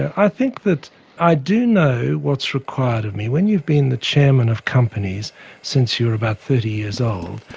i think that i do know what's required of me when you've been the chairman of companies since you were about thirty years old,